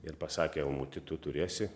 ir pasakė almuti tu turėsi